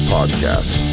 Podcast